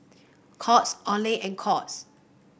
Courts Olay and Courts